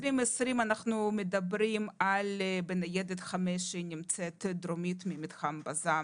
ב-2020 אנחנו מדברים על ניידת חמש שנמצאת דרומית למתחם בזן